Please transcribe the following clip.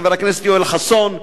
חבר הכנסת יואל חסון,